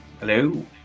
hello